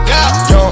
Young